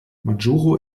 majuro